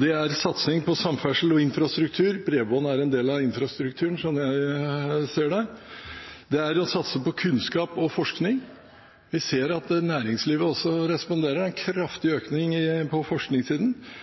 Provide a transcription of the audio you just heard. Det er satsing på samferdsel og infrastruktur – bredbånd er en del av infrastrukturen, sånn jeg ser det. Det er å satse på kunnskap og forskning. Vi ser at næringslivet også responderer – det er en kraftig økning på forskningssiden.